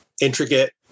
intricate